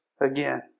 again